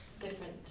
different